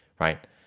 right